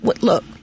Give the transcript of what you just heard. Look